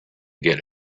get